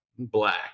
black